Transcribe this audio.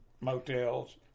motels